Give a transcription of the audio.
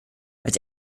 als